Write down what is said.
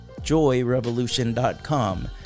joyrevolution.com